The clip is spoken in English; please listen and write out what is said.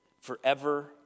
forever